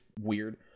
weird